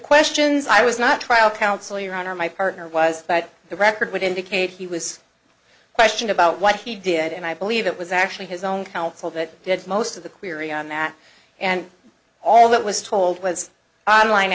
questions i was not trial counsel your honor my partner was but the record would indicate he was questioned about what he did and i believe it was actually his own counsel that did most of the query on that and all that was told was on line